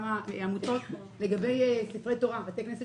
כמה עמותות, לגבי ספרי תורה שנפגעו ובתי כנסת